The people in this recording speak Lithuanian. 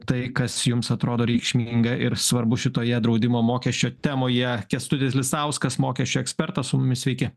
tai kas jums atrodo reikšminga ir svarbu šitoje draudimo mokesčio temoje kęstutis lisauskas mokesčių ekspertas su mumis sveiki